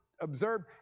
observed